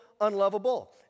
unlovable